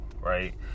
right